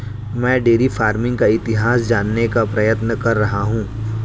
मैं dairy farming का इतिहास जानने का प्रयत्न कर रहा हूं